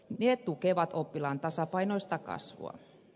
ne tukevat oppilaan tasapainoista kasvua